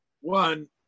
One